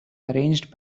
arranged